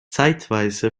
zeitweise